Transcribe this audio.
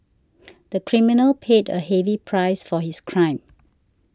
the criminal paid a heavy price for his crime